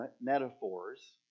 metaphors